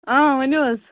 آ ؤنِو حظ